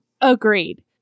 agreed